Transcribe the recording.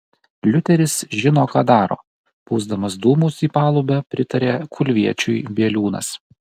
liuteris žino ką daro pūsdamas dūmus į palubę pritarė kulviečiui bieliūnas